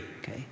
Okay